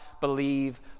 believe